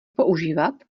používat